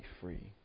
free